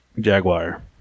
Jaguar